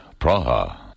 Praha